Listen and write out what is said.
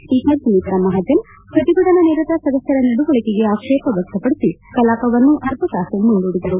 speaker Sumitra Mahajan ಪ್ರತಿಭಟನಾ ನಿರತ ಸದಸ್ಯರ ನಡವಳಿಕೆಗೆ ಆಕ್ಷೇಪ ವ್ಯಕ್ತಪಡಿಸಿ ಕಲಾಪವನ್ನು ಅರ್ಧತಾಸು ಮುಂದೂಡಿದರು